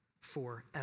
forever